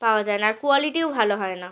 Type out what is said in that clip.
পাওয়া যায় না আর কোয়ালিটিও ভালো হয় না